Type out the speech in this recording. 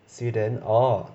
Sweden orh